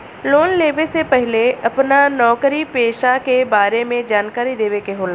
Loan लेवे से पहिले अपना नौकरी पेसा के बारे मे जानकारी देवे के होला?